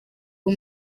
ubu